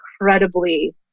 incredibly